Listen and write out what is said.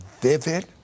vivid